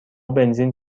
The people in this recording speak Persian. بنزین